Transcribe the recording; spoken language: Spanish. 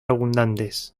abundantes